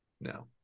no